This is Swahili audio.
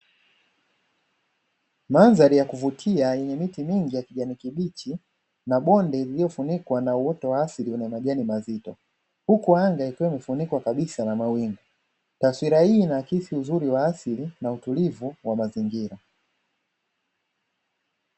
Madhari ya kuvutia yenye miti mingi ya kijani kibichi na bonde kililofunikwa na uoto wa asili na majani mazito, huku anga ikiwa imefunikwa kabisa na mawingi taswira hii inahakisi uzuri wa asili na utulivu wa mazingira.